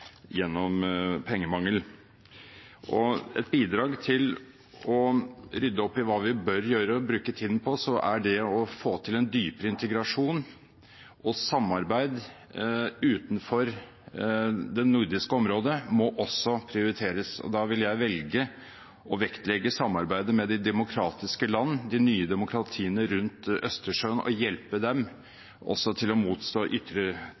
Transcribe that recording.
gjennom pengemangel. Et bidrag til å rydde opp i hva vi bør gjøre og bruke tiden på, er det å få til en dypere integrasjon. Samarbeid utenfor det nordiske området må også prioriteres. Da vil jeg velge å vektlegge samarbeidet med de demokratiske land, de nye demokratiene rundt Østersjøen, og hjelpe dem til å motstå